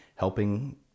helping